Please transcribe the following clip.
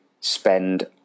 spend